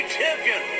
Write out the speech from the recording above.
champion